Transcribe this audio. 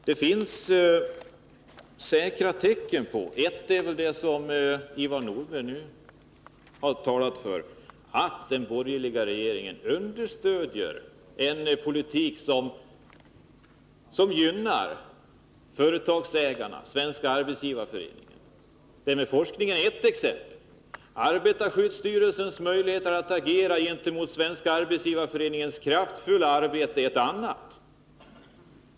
Herr talman! Det finns säkra tecken på — ett är väl det som Ivar Nordberg nu har talat om — att den borgerliga regeringen för en politik som gynnar företagsägarna. Forskningen är ett exempel. Arbetarskyddsstyrelsens möjligheter att agera gentemot intressen som företräds av Svenska arbetsgivareföreningen är ett annat.